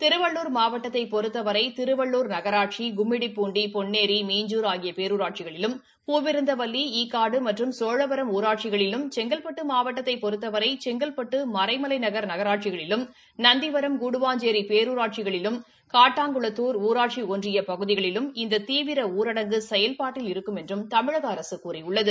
திருவள்ளூர் மாவட்டத்தைப் பொறுத்தவரை திருவள்ளூர் நகராட்சி கும்முடிப்பூண்டி பொன்னேரி மீஞ்ஞர் ஆகிய பேரூராட்சிகளிலும் பூவிருந்தவல்லி ஈகாடு மற்றும் சோழவரம் ஊராட்சிகளிலும் செங்கல்பட்டு மாவட்டத்தைச் பொறத்தவரை செங்கல்பட்டு மறைமலைநகர் நகராட்சிகளிலும் நந்திவரம் கூடுவாஞ்சேரி பேரூராட்சிகளிலும் காட்டாங்குளத்தூர் ஊராட்சி ஒன்றிய பகுதிகளிலும் இந்த தீவிர ஊரடங்கு செயல்பாட்டில் இருக்கும் என்றும் தமிழக அரசு கூறியுள்ளது